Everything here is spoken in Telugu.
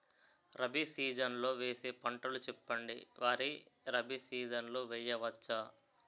రబీ సీజన్ లో వేసే పంటలు చెప్పండి? వరి రబీ సీజన్ లో వేయ వచ్చా?